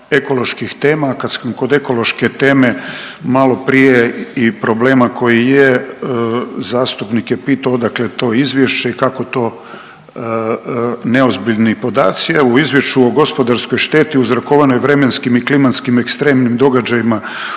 ekoloških tema. A kad smo kod ekološke teme maloprije i problema koji je zastupnik je pitao odakle je to izvješće i kako to neozbiljni podaci. Evo u Izvješću o gospodarskoj šteti uzrokovanoj vremenskim i klimatskim ekstremnim događajima